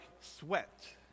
sweat